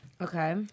Okay